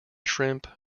shrimp